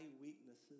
weaknesses